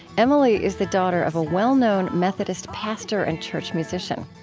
emily is the daughter of a well-known methodist pastor and church musician.